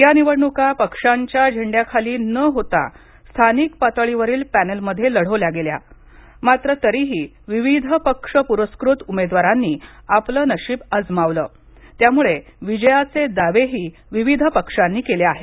या निवडणुका पक्षांच्या झेंड्याखाली न होता स्थानिक पातळीवरील पॅनलमध्ये लढवल्या गेल्या मात्र तरीही विविध पक्ष प्रस्कृत उमेदवारांनी आपलं नशीब अजमावलं त्यामुळे विजयाचे दावेही विविध पक्षांनी केले आहेत